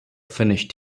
finnish